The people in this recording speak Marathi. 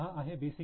हा आहे बेसिक इ